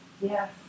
Yes